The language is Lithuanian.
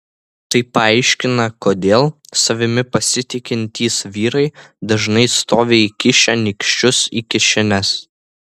tai paaiškina kodėl savimi pasitikintys vyrai dažnai stovi įkišę nykščius į kišenes